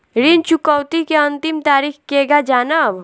ऋण चुकौती के अंतिम तारीख केगा जानब?